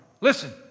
Listen